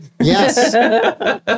Yes